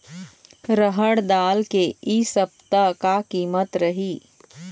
रहड़ दाल के इ सप्ता का कीमत रही?